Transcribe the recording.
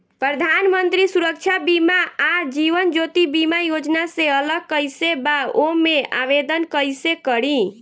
प्रधानमंत्री सुरक्षा बीमा आ जीवन ज्योति बीमा योजना से अलग कईसे बा ओमे आवदेन कईसे करी?